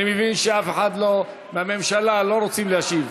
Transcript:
אני מבין שאף אחד מהממשלה לא רוצה להשיב.